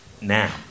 now